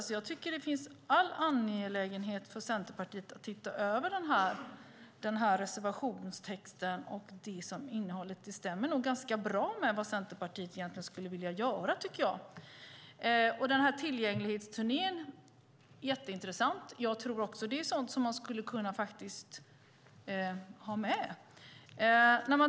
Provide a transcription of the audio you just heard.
Det finns all anledning för Centerpartiet att se över innehållet i denna reservation. Det stämmer nog ganska bra med det som Centerpartiet egentligen skulle vilja göra. Denna tillgänglighetsturné är mycket intressant. Det är sådant som man skulle kunna ha med.